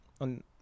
on